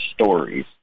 stories